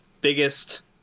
biggest